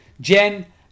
Jen